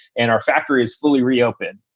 and our factory is fully reopened